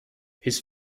his